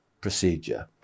procedure